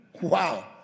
Wow